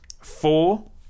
four